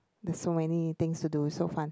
there's so many things to do so fun